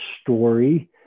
story